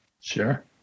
sure